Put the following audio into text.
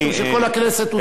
משום שכל הכנסת,